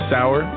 Sour